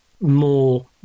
more